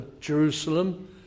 Jerusalem